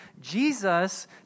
Jesus